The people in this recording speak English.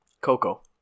Coco